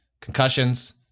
Concussions